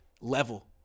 level